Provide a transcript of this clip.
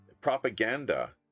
propaganda